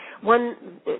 one